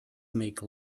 make